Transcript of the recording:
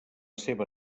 seva